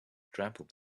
trample